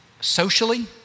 socially